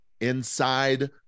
inside